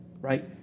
right